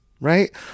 right